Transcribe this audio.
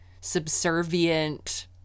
subservient